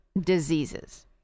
diseases